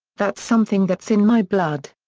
that's something that's in my blood.